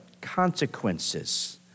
consequences